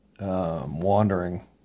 wandering